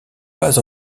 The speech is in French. pas